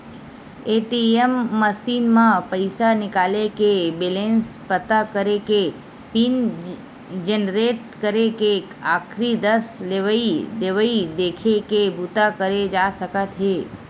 ATM machine म पइसा निकाले के, बेलेंस पता करे के, पिन जनरेट करे के, आखरी दस लेवइ देवइ देखे के बूता करे जा सकत हे